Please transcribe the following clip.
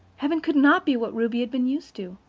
heaven could not be what ruby had been used to.